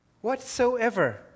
whatsoever